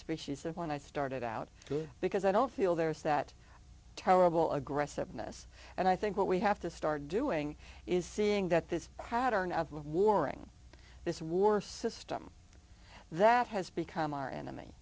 species and when i started out good because i don't feel there's that terrible aggressiveness and i think what we have to start doing is seeing that this pattern of warring this war system that has become our enemy